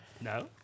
no